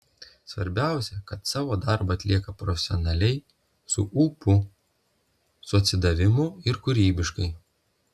svarbiausia kad savo darbą atlieka profesionaliai su ūpu su atsidavimu ir kūrybiškai